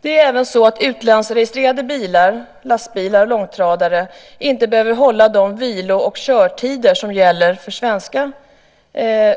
Det är nämligen så att utlandsregistrerade bilar, lastbilar och långtradare, inte behöver hålla de vilo och körtider som gäller för svenska